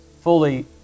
fully